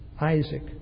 Isaac